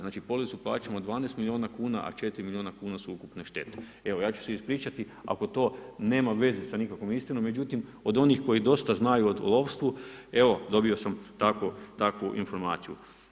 Znači policu plaćamo 12 miliona kuna, a 4 miliona kuna su ukupne štete, evo ja ću se ispričati ako to nema veze sa nikakvom istinom, međutim od onih koji dosta znaju o lovstvu evo dobio sam takvu informaciju.